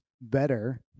better